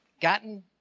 gotten